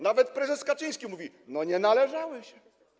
Nawet prezes Kaczyński mówi: No, nie należały się.